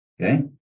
Okay